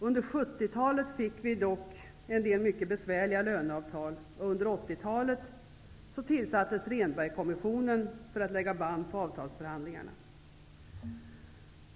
Under 70-talet fick vi dock en del mycket besvärliga löneavtal, och under 80-talet tillsattes Rehnbergkommissionen för att lägga band på avtalsförhandlingarna.